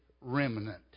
remnant